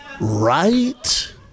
Right